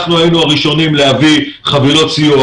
אנחנו היינו הראשונים להביא חבילות סיוע